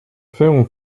film